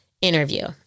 interview